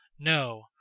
No